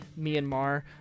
Myanmar